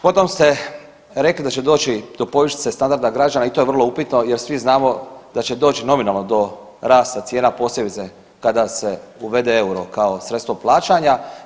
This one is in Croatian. Potom ste rekli da će doći do povišice standarda građana i to je vrlo upitno jer svi znamo da će doći nominalno do rasta cijena posebice kada se uvede euro kao sredstvo plaćanja.